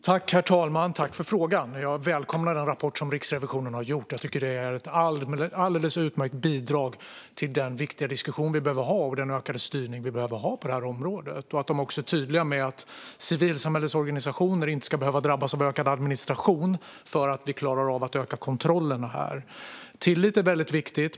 Herr talman! Jag tackar ledamoten för frågan. Jag välkomnar Riksrevisionens rapport. Den är ett alldeles utmärkt bidrag till den viktiga diskussion och ökade styrning vi behöver ha på detta område. Riksrevisionen är också tydlig med att civilsamhällesorganisationer inte ska behöva drabbas av ökad administration för att vi klarar av att öka kontrollerna. Tillit är viktigt.